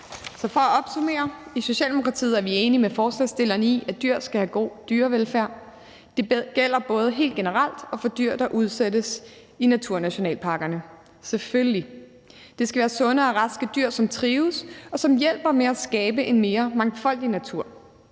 i Socialdemokratiet er vi enige med forslagsstillerne i, at dyr skal have god dyrevelfærd. Det gælder både helt generelt og for dyr, der udsættes i naturnationalparkerne, selvfølgelig. Det skal være sunde og raske dyr, som trives, og som hjælper med at skabe en mere mangfoldig natur.